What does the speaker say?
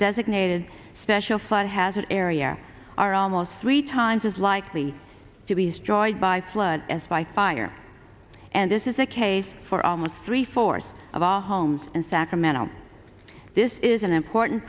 designated special fund has an area are almost three times as likely to be destroyed by flood as by fire and this is the case for almost three fourths of all homes and sacramento this is an important